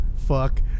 Fuck